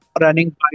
running